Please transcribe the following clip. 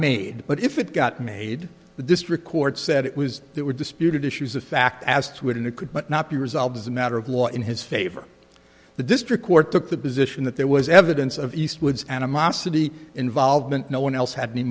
made but if it got made the district court said it was there were disputed issues of fact as to it in a could but not be resolved as a matter of law in his favor the district court took the position that there was evidence of eastwood's animosity involvement no one else had any